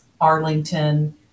Arlington